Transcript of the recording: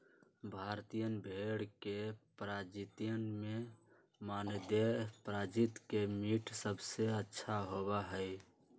भारतीयन भेड़ के प्रजातियन में मानदेय प्रजाति के मीट सबसे अच्छा होबा हई